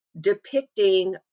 depicting